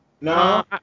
No